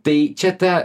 tai čia ta